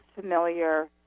familiar